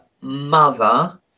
mother